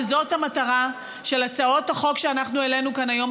וזאת המטרה של הצעות החוק שאנחנו העלינו כאן היום,